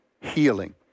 healing